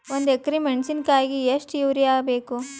ಒಂದ್ ಎಕರಿ ಮೆಣಸಿಕಾಯಿಗಿ ಎಷ್ಟ ಯೂರಿಯಬೇಕು?